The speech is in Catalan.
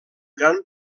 gran